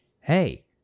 hey